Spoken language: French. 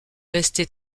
rester